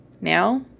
Now